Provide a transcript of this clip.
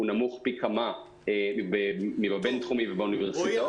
הוא נמוך פי כמה מהבין-תחומי ומהאוניברסיטאות.